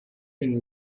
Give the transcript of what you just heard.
une